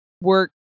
work